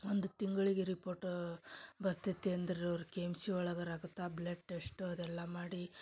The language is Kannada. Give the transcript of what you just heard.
ಒಂದು ತಿಂಗಳಿಗೆ ರಿಪೋರ್ಟ್ ಬರ್ತೈತಿ ಅಂದ್ರೆ ಅವ್ರ ಕೆ ಎಮ್ ಸಿ ಒಳಗೆ ರಕುತ ಬ್ಲಡ್ ಟೆಶ್ಟು ಅದೆಲ್ಲ ಮಾಡಿ